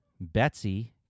Betsy